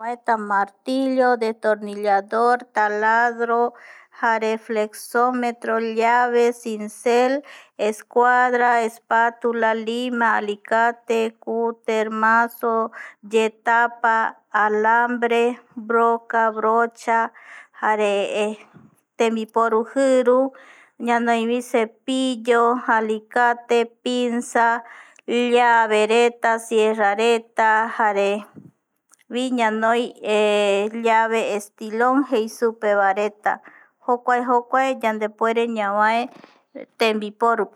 Martillo destonillador, taladro, jare flexometero llave, sincel, escuadra, espatula, lima alicate, cutermanso, yetapa, alambre. roca, brocha, jare tembiporu jiru, ñanoivi cepiyo, alicate, pinsa, llavereta, cierrareta jare, vi ñanoi llave estilon jei superetava jokua, jokua yandepuere ñavae tembiporupe